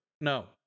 No